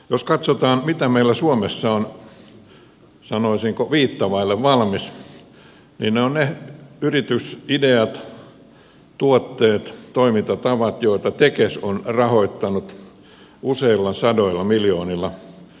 jos katsotaan mitä meillä suomessa on sanoisinko viittä vaille valmista niin ne ovat ne yritysideat tuotteet toimintatavat joita tekes on rahoittanut useilla sadoilla miljoonilla kymmeniä vuosia